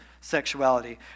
sexuality